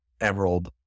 emerald